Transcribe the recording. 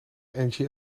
engie